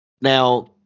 Now